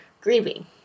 grieving